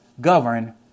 govern